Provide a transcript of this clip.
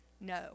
no